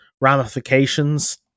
ramifications